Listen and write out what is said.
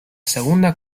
segunda